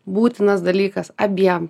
būtinas dalykas abiem